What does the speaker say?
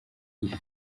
iyi